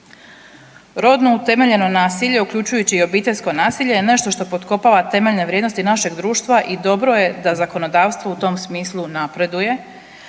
Rodno utemeljeno nasilje uključujući i obiteljsko nasilje je nešto što potkopava temeljne vrijednosti našeg društva i dobro je da zakonodavstvo u tom smislu napreduje,